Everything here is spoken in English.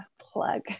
plug